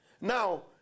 Now